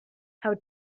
how